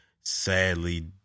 sadly